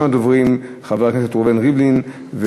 הצעות לסדר-היום מס' 1386,